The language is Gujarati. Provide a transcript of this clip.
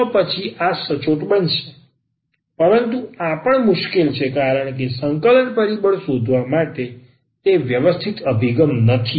તો પછી આ સચોટ બનશે પરંતુ આ પણ મુશ્કેલ છે કારણ કે સંકલન પરિબળ શોધવા માટે તે વ્યવસ્થિત અભિગમ નથી